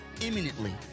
imminently